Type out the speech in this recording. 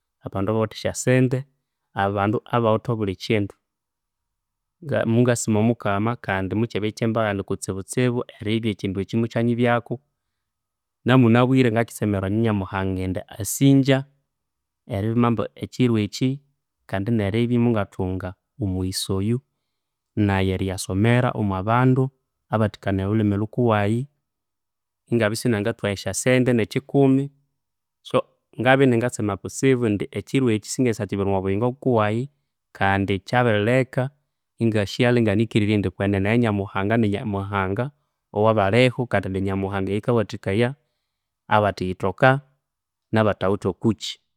Abandu abawithe esyasente, abandu abawithe obulikyindu. Mungasima omukama kandi mukyabya ekyembaghani kutsibutsibu eribya ekyindu ekyi imukyanyibwaku, namunabwire ngakyitsemere iya nyamuhanga indi asinja eribya imwamba ekyiro ekyi, kandi neribya imungathunga omughisa oyu, nayi eriyasomera omwabandu abathikanaya olhulimi lhukuwayi, ingabya isinangangathuha esyasente nekyikumi, So, ngabya iningatsema kutsibu indi ekyiro ekyi singendisyakyibirirwa omwabuyingo bukuwayi kandi kyabirileka ingasighalha inikirirye indi kwenene yanyamuhanga ninyamuhanga, owabaliho kandi ninyamuhanga eyikwathikaya abathiyithoka nabathawithe okukyi.